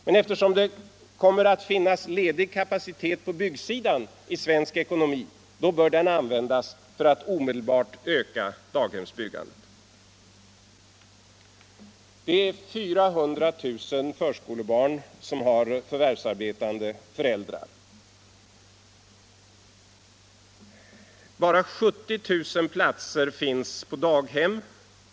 Men eftersom det kommer att finnas ledig kapacitet på byggsidan i svensk ekonomi, bör den användas för att omedelbart öka daghemsbyggandet. 400 000 förskolebarn har förvärvsarbetande föräldrar. Bara 70 000 platser finns på daghem.